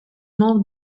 membre